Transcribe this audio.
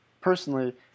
personally